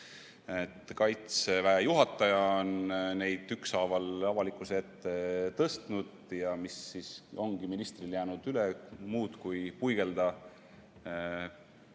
Kaitseväe juhataja on neid ükshaaval avalikkuse ette tõstnud. Ja mis ongi ministril jäänud üle muud kui põigelda